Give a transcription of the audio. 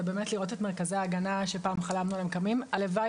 באמת לראות את מרכזי ההגנה שפעם חלמנו עליהם קמים הלוואי